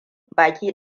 baki